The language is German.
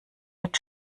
wird